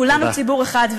כולנו ציבור אחד.